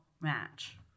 match